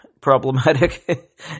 problematic